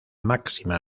máxima